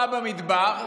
מה הוא ראה במדבר?